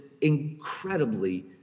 incredibly